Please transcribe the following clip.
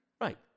Right